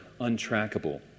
untrackable